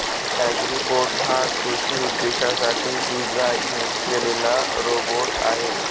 Agribot हा कृषी उद्देशांसाठी डिझाइन केलेला रोबोट आहे